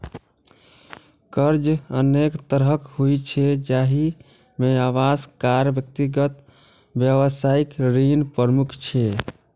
कर्ज अनेक तरहक होइ छै, जाहि मे आवास, कार, व्यक्तिगत, व्यावसायिक ऋण प्रमुख छै